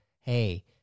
hey